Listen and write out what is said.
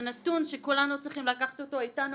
זה נתון שכולנו צריכים לקחת אותו איתנו